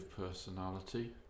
personality